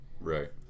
Right